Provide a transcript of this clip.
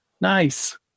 nice